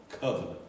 covenant